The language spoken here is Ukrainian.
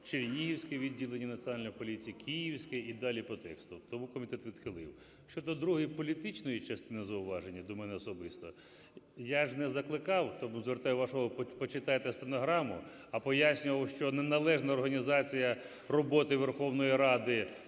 чернігівське відділення Національної поліції, київське…" і далі по тексту. Тому комітет відхилив. Щодо другої політичної частини зауваження, до мене особисто. Я ж не закликав, тому звертаю вашу увагу, почитайте стенограму, а пояснював, що неналежна організація роботи Верховної Ради